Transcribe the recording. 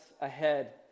ahead